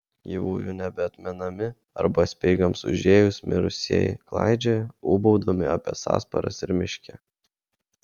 gyvųjų nebeatmenami arba speigams užėjus mirusieji klaidžioja ūbaudami apie sąsparas ir miške